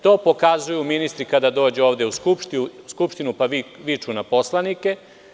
To pokazuju ministri kada dođu ovde u Skupštinu, pa viču na poslanike.